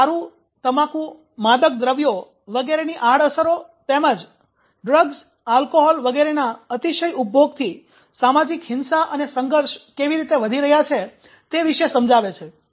તેઓ દારૂ તમાકુ માદક દ્રવ્યો વગેરેની આડઅસરો તેમજ ડ્રગ આલ્કોહોલ વગેરેના અતિશય ઉપભોગથી સામાજિક હિંસા અને સંઘર્ષ કેવી રીતે વધી રહ્યા છે તે વિશે સમજાવે છે